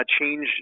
change